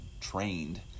trained